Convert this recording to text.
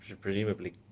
presumably